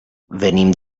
venim